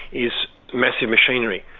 is massive machinery,